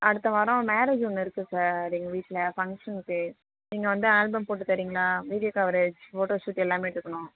அடுத்த வாரம் மேரேஜி ஒன்று இருக்குது சார் எங்கள் வீட்டில் ஃபங்க்ஷன்ஸு நீங்கள் வந்து ஆல்பம் போட்டுத்தரிங்களா வீடியோ கவரேஜ் ஃபோட்டோ ஷுட் எல்லாமே எடுக்கணும்